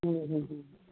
ਹੂੰ ਹੂੰ ਹੂੰ